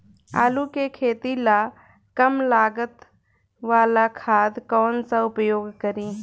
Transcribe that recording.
आलू के खेती ला कम लागत वाला खाद कौन सा उपयोग करी?